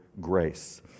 grace